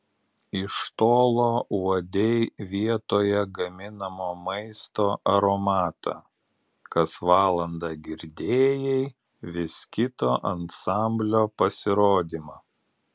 iš tolo uodei vietoje gaminamo maisto aromatą kas valandą girdėjai vis kito ansamblio pasirodymą